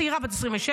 צעירה בת 27,